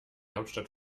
hauptstadt